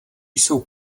jsou